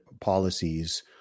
policies